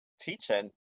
teaching